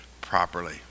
properly